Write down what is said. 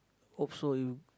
hope so you